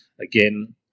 Again